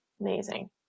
Amazing